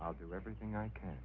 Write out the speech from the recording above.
i'll do everything i can